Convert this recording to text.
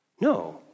No